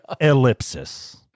ellipsis